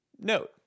Note